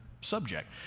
subject